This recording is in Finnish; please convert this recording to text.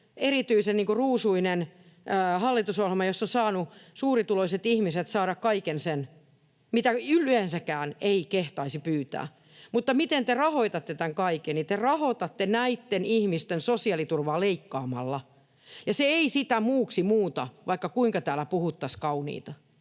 erityisen ruusuinen hallitusohjelma, jossa suurituloiset ihmiset ovat saaneet kaiken sen, mitä yleensäkään ei kehtaisi pyytää. Mutta miten te rahoitatte tämän kaiken? Te rahoitatte näitten ihmisten sosiaaliturvaa leikkaamalla, ja se ei sitä muuksi muuta, vaikka kuinka täällä puhuttaisiin kauniita.